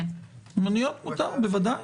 מוניות מותר, בוודאי.